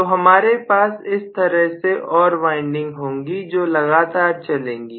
तो हमारे पास इस तरह से और वाइंडिंग होगी जो लगातार चलेगी